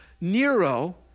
Nero